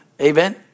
Amen